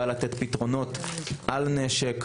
בא לתת פתרונות על נשק,